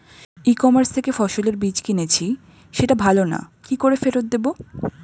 ই commerce থেকে ফসলের বীজ কিনেছি সেটা ভালো না কি করে ফেরত দেব?